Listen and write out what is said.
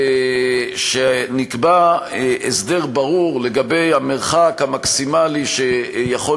שנקבע הסדר ברור לגבי המרחק המקסימלי שיכול